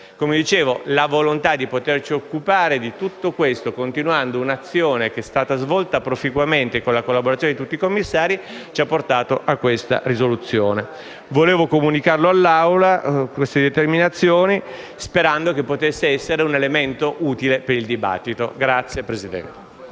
Come dicevo, la volontà di poterci occupare di tutto questo, continuando un'azione che è stata svolta proficuamente con la collaborazione di tutti i commissari, ci ha portato a questa risoluzione. Volevo comunicare all'Assemblea queste determinazioni sperando che potessero costituire un elemento utile per il dibattito. *(Applausi